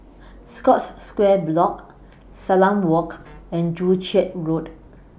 Scotts Square Block Salam Walk and Joo Chiat Road